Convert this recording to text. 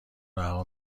رها